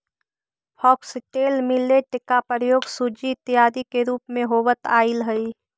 foxtail millet का प्रयोग सूजी इत्यादि के रूप में होवत आईल हई